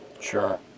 Sure